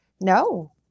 No